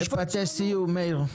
משפטי סיום מאיר.